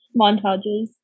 montages